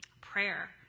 Prayer